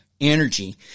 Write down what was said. energy